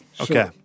Okay